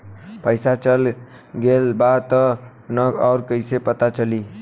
पइसा चल गेलऽ बा कि न और कइसे पता चलि?